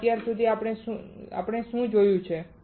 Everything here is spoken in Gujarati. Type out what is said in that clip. તો અત્યાર સુધી આપણે શું જોયું છે